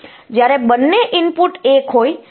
જ્યારે બંને ઇનપુટ 1 હોય તો આઉટપુટ 1 હોવું જોઈએ